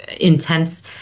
intense